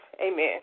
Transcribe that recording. Amen